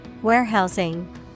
Warehousing